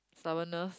stubbornness